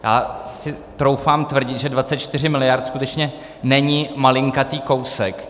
Já si troufám tvrdit, že 24 miliard skutečně není malinkatý kousek.